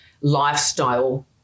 lifestyle